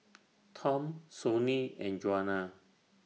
Tom Sonny and Juana